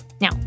Now